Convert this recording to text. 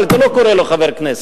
אבל אתה לא קורא לו חבר כנסת.